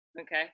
Okay